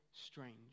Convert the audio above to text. strange